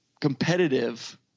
competitive